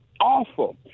awful